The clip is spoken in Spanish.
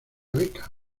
beca